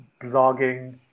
blogging